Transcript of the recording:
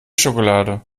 schokolade